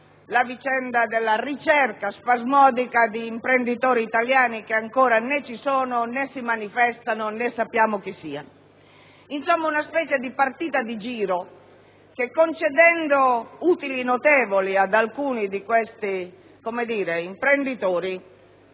con la ricerca spasmodica di imprenditori italiani che ancora né ci sono, né si manifestano, né sappiamo chi siano). Insomma, una specie di partita di giro, che, concedendo utili notevoli ad alcuni di questi imprenditori,